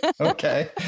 Okay